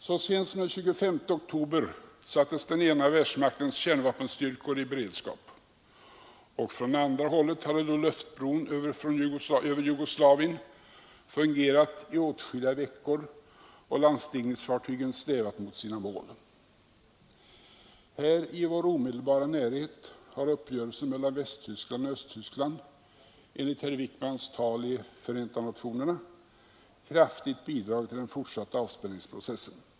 Så sent som den 25 oktober sattes den ena världsmaktens kärnvapenstyrkor i beredskap och från andra hållet hade då luftbron över Jugoslavien fungerat i åtskilliga veckor och landstigningsfartygen stävat mot sina mål. Här i vår omedelbara närhet har uppgörelsen mellan Västtyskland och Östtyskland enligt herr Wickmans tal i FN kraftigt bidragit till den fortsatta avspänningsprocessen.